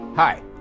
Hi